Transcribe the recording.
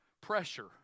Pressure